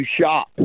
shop